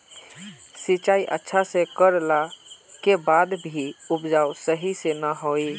सिंचाई अच्छा से कर ला के बाद में भी उपज सही से ना होय?